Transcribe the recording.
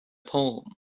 palm